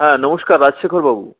হ্যাঁ নমস্কার রাজশেখরবাবু